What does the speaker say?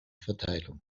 verteilung